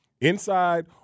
inside